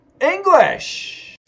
English